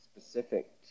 specific